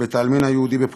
בבית-העלמין היהודי בפולין.